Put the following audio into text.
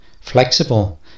Flexible